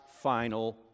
final